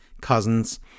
cousins